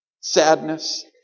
sadness